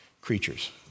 creatures